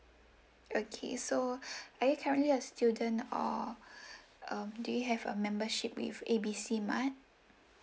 okay so are you currently a student or um do you have a membership with A B C mart